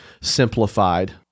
simplified